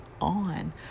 on